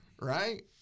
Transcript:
right